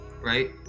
right